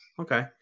Okay